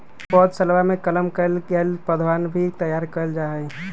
पौधशलवा में कलम कइल गैल पौधवन भी तैयार कइल जाहई